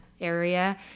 area